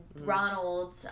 Ronald